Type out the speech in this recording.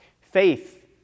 Faith